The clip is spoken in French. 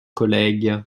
collègue